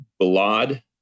Balad